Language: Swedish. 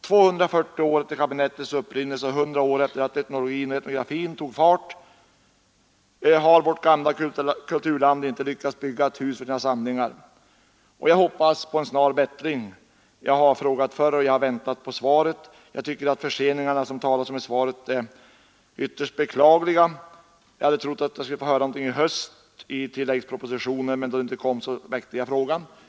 240 år efter Naturaliekabinettets upprinnelse och 100 år efter det etnologin och etnografin tog fart har vårt gamla kulturland ännu inte lyckats bygga ett hus för sina samlingar. Jag hoppas på en snabb bättring. Jag har frågat om detta förr, och jag har väntat på svaret. Jag tycker att de förseningar som det talas om i svaret är ytterst beklagliga. Jag hade trott att jag skulle få något besked genom tilläggspropositionen i höst, men då det inte kom väckte jag frågan.